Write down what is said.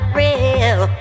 real